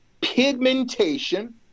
pigmentation